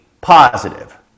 positive